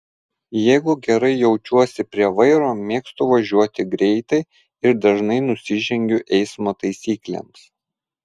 jeigu gerai jaučiuosi prie vairo mėgstu važiuoti greitai ir dažnai nusižengiu eismo taisyklėms